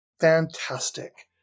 Fantastic